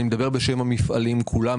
אני מדבר בשם המפעלים כולם,